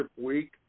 Week